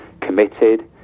committed